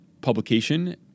publication